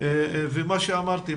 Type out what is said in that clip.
ומה שאמרתי,